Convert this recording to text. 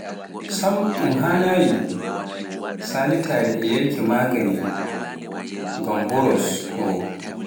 Sam un haanyi salitaare e yarki magaani ngam mboros oo